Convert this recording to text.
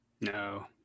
No